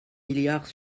milliards